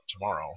tomorrow